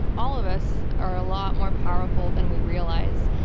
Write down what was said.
all of us are a lot more powerful than we realize,